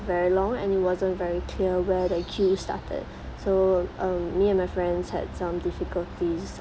very long and it wasn't very clear where the queue started so um me and my friends had some difficulties